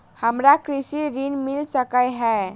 हमरा कृषि ऋण मिल सकै है?